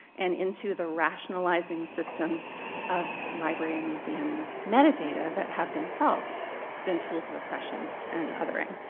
and into the rationalizing systems of library and museum metadata that have themselves been tools of oppression and othering.